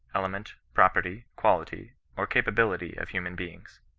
element, pro perty, quality, or capability of human beings.